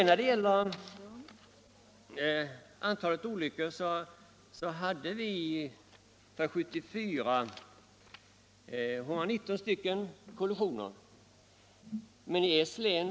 När det gäller antalet älgolyckor i trafiken hade vi i vårt län under 1974 119 kollisioner.